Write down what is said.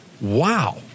Wow